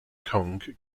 kong